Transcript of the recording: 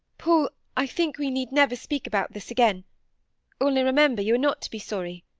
paul, i think we need never speak about this again only remember you are not to be sorry.